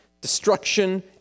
destruction